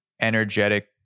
energetic